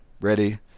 ready